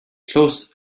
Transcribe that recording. close